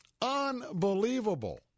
unbelievable